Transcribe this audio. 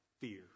fear